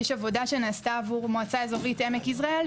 יש עבודה שנעשתה עבור מועצה אזורית עמק יזרעאל,